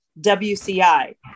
WCI